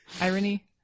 irony